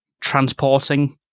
transporting